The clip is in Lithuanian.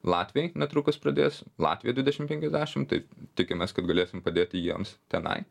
latviai netrukus pradės latvija dvidešim penkiasdešim tai tikimės kad galėsim padėti jiems tenai